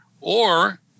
or-